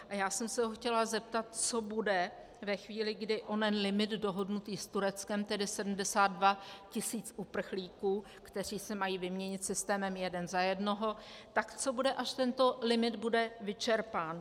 A já jsem se ho chtěla zeptat, co bude ve chvíli, kdy onen limit dohodnutý s Tureckem, tedy 72 tisíc uprchlíků, kteří se mají vyměnit systémem jeden za jednoho, tak co bude, až tento limit bude vyčerpán.